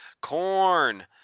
Corn